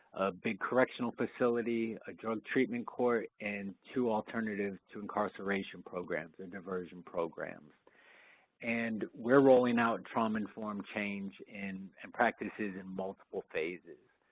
a big correctional facility, a drug treatment court, and two alternatives to incarceration programs and diversion programs and we're rolling out trauma-informed change and practices in multiple phases.